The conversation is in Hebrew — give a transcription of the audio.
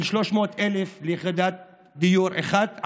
300,000 ליחידת דיור אחת,